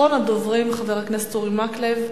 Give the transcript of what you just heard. אחרון הדוברים, חבר הכנסת אורי מקלב.